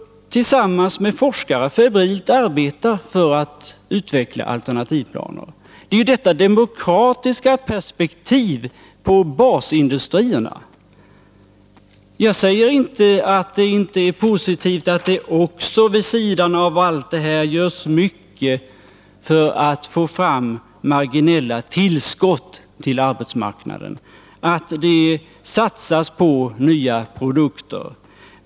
Tillsammans med forskare arbetar de febrilt för att utveckla alternativa planer. Det är ett demokratiskt perspektiv på basindustrierna. Jag säger inte att det inte är positivt att det vid sidan av allt det här görs mycket för att få fram marginella tillskott till arbetsmarknaden, att det satsas på nya produkter.